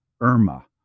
Irma